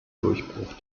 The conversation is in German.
durchbruch